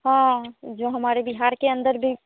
हाँ जो हमारे बिहार के अन्दर भी